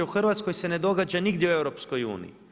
U Hrvatskoj se ne događa nigdje u EU.